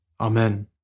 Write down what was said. Amen